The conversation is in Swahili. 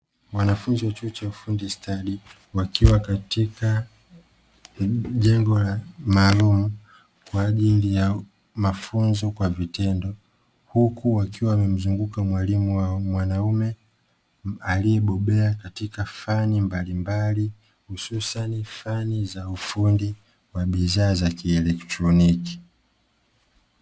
Wanafunzi wa chuo cha ufundi stadi wakiwa katika jengo maalumu kwa ajili ya mafunzo kwa vitendo, huku wakiwa wamemzunguka mwalimu wao mwanaume aliyebobea katika fani mbalimbali hususan fani za ufundi wa bidhaa za kielektroniki.